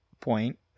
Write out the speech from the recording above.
point